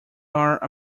are